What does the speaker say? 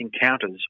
encounters